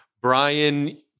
Brian